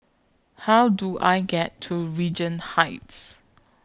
How Do I get to Regent Heights